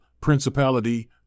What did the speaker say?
principality